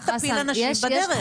אל תפיל אנשים בדרך.